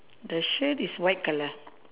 the shirt is white colour